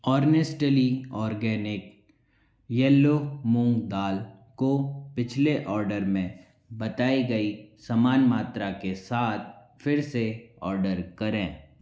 earnestly organic yellow मूँग दाल को पिछले ऑर्डर में बताई गई समान मात्रा के साथ फिर से ऑर्डर करें